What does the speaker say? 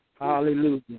hallelujah